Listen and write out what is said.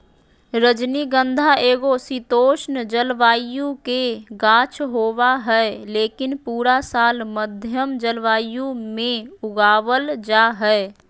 रजनीगंधा एगो शीतोष्ण जलवायु के गाछ होबा हय, लेकिन पूरा साल मध्यम जलवायु मे उगावल जा हय